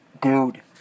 dude